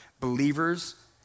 believers